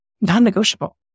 non-negotiable